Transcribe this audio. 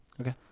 Okay